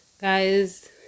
Guys